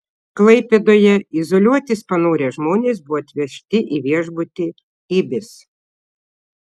klaipėdoje izoliuotis panorę žmonės buvo atvežti į viešbutį ibis